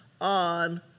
on